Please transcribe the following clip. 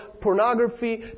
pornography